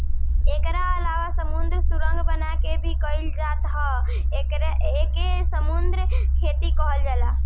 एकरा अलावा समुंदर सुरंग बना के भी कईल जात ह एके सुरंग खेती कहल जाला